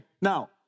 Now